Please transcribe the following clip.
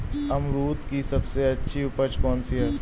अमरूद की सबसे अच्छी उपज कौन सी है?